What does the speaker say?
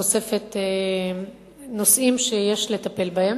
חושפת נושאים שיש לטפל בהם.